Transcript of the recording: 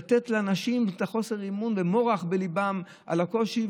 לתת לאנשים את חוסר האמון והמורך בליבם על הקושי.